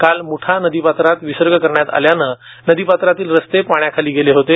काल मुठा नदीपात्रात विसर्ग करण्यात आल्याने नदीपात्रातील रस्ते पाण्याखाली गेले होते